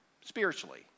spiritually